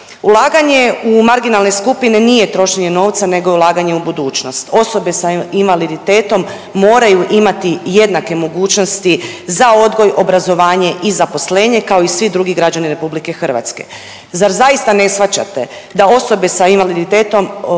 ulaganje u marginalne skupine nije trošenje novca nego je ulaganje u budućnost. Osobe s invaliditetom moraju imati jednake mogućnosti za odgoj, obrazovanje i zaposlenje, kao i svi drugi građani RH. Zar zaista ne shvaćate da osobe s invaliditetom